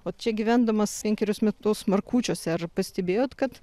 o čia gyvendamas penkerius metus markučiuose ar pastebėjot kad